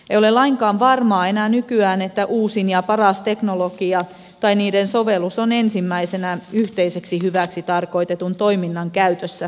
ei ole lainkaan varmaa enää nykyään että uusin ja paras teknologia tai niiden sovellus on ensimmäisenä yhteiseksi hyväksi tarkoitetun toiminnan käytössä